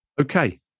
Okay